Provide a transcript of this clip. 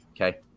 Okay